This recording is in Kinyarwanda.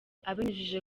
abinyujije